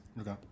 Okay